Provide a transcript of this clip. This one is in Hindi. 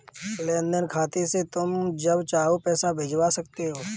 लेन देन खाते से तुम जब चाहो पैसा भिजवा सकते हो